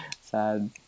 sad